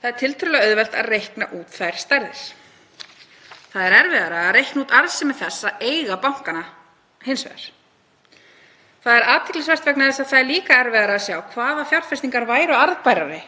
Það er tiltölulega auðvelt að reikna út þær stærðir. Það er erfiðara að reikna út arðsemi þess að eiga bankana hins vegar. Það er athyglisvert vegna þess að það er líka erfiðara að sjá hvaða fjárfestingar væru arðbærari